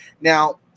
Now